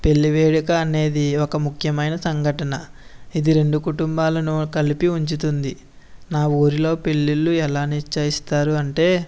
పెళ్లి వేడుక అనేది ఒక ముఖ్యమైన సంఘటన ఇది రెండు కుటుంబాలను కలిపి ఉంచుతుంది నా ఊరిలో పెళ్లిళ్లు ఎలా నిశ్చయిస్తారు అంటే